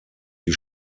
die